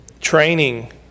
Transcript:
Training